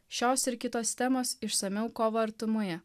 šios ir kitos temos išsamiau kovo artumoje